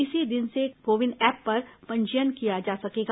इसी दिन से कोविन एप पर पंजीयन किया जा सकेगा